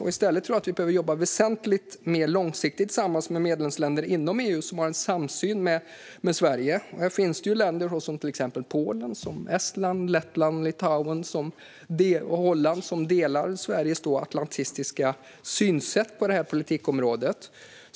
I stället tror jag att vi behöver jobba väsentligt mer långsiktigt tillsammans med medlemsländer inom EU som har en samsyn med Sverige: länder som till exempel Polen, Estland, Lettland, Litauen och Holland, som delar Sveriges atlantistiska synsätt på det här politikområdet.